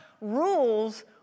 rules